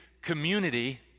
community